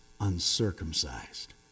uncircumcised